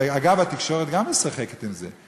ואגב, התקשורת גם משחקת עם זה.